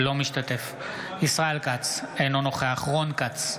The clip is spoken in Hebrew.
אינו משתתף בהצבעה ישראל כץ, אינו נוכח רון כץ,